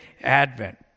advent